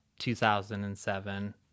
2007